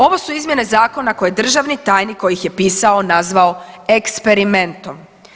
Ovo su izmjene zakona koje je državni tajnik koji ih je pisao nazvao eksperimentom.